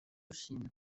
chine